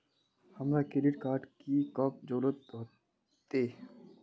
हमरा credit card की कब जरूरत होते?